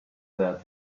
that